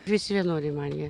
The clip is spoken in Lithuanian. visi vienodi man jie